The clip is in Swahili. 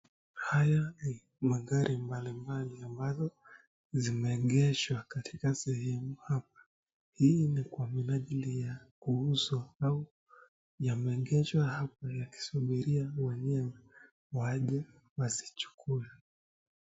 Haya ni magari mbalimbali ambazo zimegeshwa katika sehemu hapa. Hii ni kwa ajili ya kuuzwa au yamegeshwa hapa yakisubiriwa wenyewe waje wasichukue.